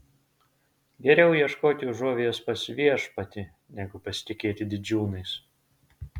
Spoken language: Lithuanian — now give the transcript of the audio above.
geriau ieškoti užuovėjos pas viešpatį negu pasitikėti didžiūnais